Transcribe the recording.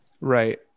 Right